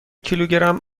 کیلوگرم